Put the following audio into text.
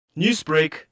Newsbreak